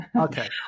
Okay